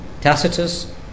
Tacitus